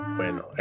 Bueno